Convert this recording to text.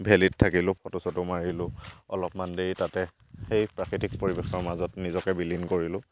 ভেলিত থাকিলোঁ ফটো চটো মাৰিলোঁ অলপমান দেৰি তাতে সেই প্ৰাকৃতিক পৰিৱেশৰ মাজত নিজকে বিলীন কৰিলোঁ